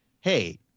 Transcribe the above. hey